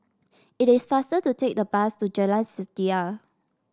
it is faster to take the bus to Jalan Setia